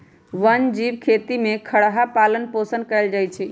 वन जीव खेती में खरहा पालन पोषण कएल जाइ छै